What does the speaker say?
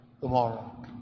tomorrow